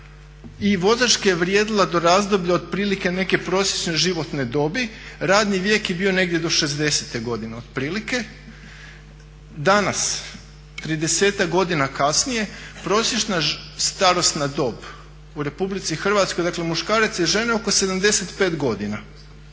I vozačka je vrijedila do razdoblja otprilike neke prosječne životne dobi. Radni vijek je bio negdje do 60.-te godine otprilike. Danas, 30-ak godina kasnije, prosječna starosna dob u Republici Hrvatskoj, dakle muškarca i žene oko 75 godina.